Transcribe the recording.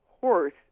horse